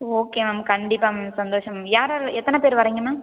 okay ma'am கண்டிப்பாக ma'am சந்தோஷம் ma'am யார் யார் எத்தனை பேர் வரீங்க மேம்